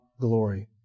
glory